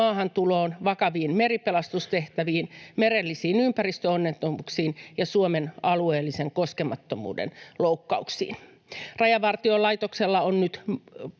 maahantuloon, vakaviin meripelastustehtäviin, merellisiin ympäristöonnettomuuksiin ja Suomen alueellisen koskemattomuuden loukkauksiin. Rajavartiolaitoksella on